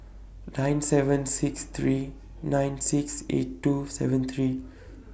nine seven six three nine six eight two seven three